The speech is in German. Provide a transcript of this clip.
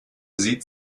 sieht